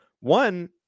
One